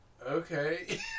okay